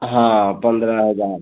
हाँ पंद्रह हजार